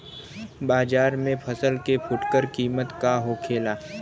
बाजार में फसल के फुटकर कीमत का होखेला?